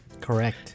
Correct